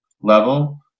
level